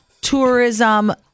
tourism